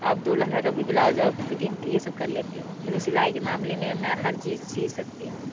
अब तो लहंगा का भी ब्लाउज और फ़िटींग ये सब कर लेती हूँ मुझे सिलाई के मामले में मैं हर चीज़ सी सकती हूँ